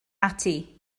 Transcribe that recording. ati